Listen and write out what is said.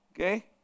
Okay